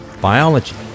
biology